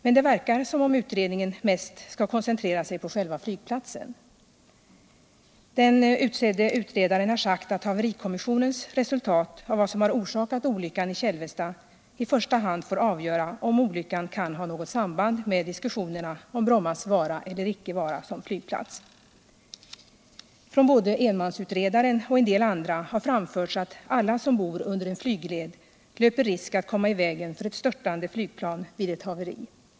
Men det verkar som om utredningen mest skall koncentrera sig på själva flygplatsen. Den utsedde utredaren har sagt att haverikommissionens resultat vid undersökningen av vad som har orsakat olyckan i Kälvesta i första hand får avgöra om olyckan kan ha något samband med diskussionerna om Brommas vara eller icke vara som flygplats. Från både enmansutredaren och en del andra har framförts att alla som bor under en flygled löper risk att komma i vägen för ett störtande flygplan vid ett haveri.